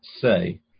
say